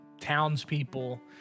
townspeople